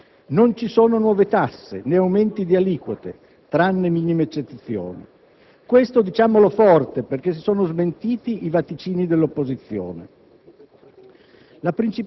Non ci sono nuove tasse, né aumenti di aliquote, tranne minime eccezioni. Questo diciamolo forte, perché sono smentiti i vaticini dell'opposizione.